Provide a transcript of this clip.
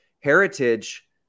Heritage